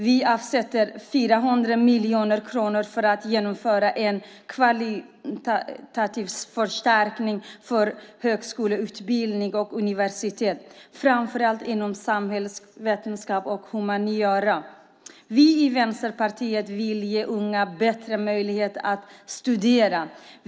Vi avsätter 400 miljoner kronor för att genomföra en kvalitetsförstärkning av högskoleutbildningen, framför allt inom samhällsvetenskap och humaniora. Vi i Vänsterpartiet vill ge unga bättre möjligheter att studera.